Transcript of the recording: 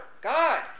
God